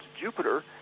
Jupiter